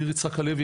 מאיר יצחק הלוי,